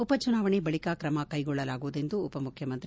ಉಪಚುನಾವಣೆ ಬಳಿಕ ಕ್ರಮ ಕೈಗೊರ್ಳಳಲಾಗುವುದು ಎಂದು ಉಪಮುಖ್ಯಮಂತ್ರಿ